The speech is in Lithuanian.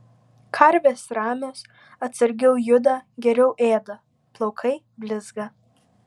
karvės ramios atsargiau juda geriau ėda plaukai blizga